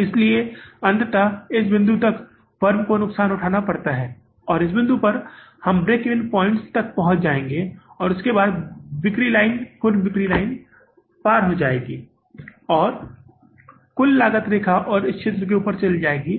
इसलिए अंततः इस बिंदु तक फर्म को नुकसान उठाना पड़ता है और इस बिंदु पर हम ब्रेक इवन पॉइंट्स तक पहुंच जाएंगे और उसके बाद बिक्री लाइन कुल बिक्री लाइन पार हो जाएगी और कुल लागत रेखा और इस क्षेत्र से ऊपर जाएगी